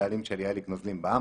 אני הבעלים של "יעליק נוזלים בע"מ".